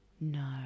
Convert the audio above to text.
No